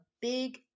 big